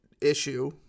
issue